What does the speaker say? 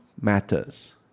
matters